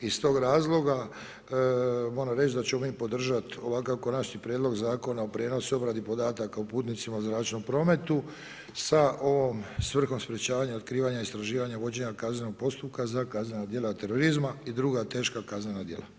Iz toga razloga moram reći da ćemo mi podržati ovakav Konačni prijedlog Zakona o prijenosu i obradi podataka o putnicima u zračnom prometu sa ovom svrhom sprečavanja, otkrivanja, istraživanja, vođenja kaznenog postupka za kaznena djela terorizma i druga teška kaznena djela.